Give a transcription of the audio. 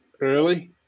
early